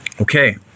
okay